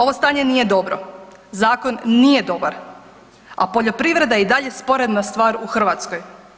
Ovo stanje nije dobro, zakon nije dobar, a poljoprivreda je i dalje sporedna stvar u Hrvatskoj.